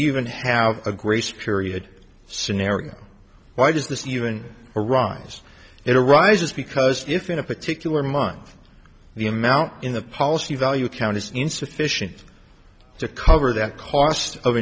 even have a grace period scenario why does this even arise it arises because if in a particular month the amount in the policy value account is insufficient to cover that cost of